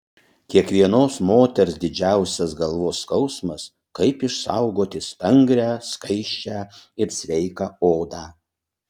kiekvienos moters didžiausias galvos skausmas kaip išsaugoti stangrią skaisčią ir sveiką odą